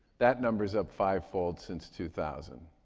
that number's up fivefold since two thousand.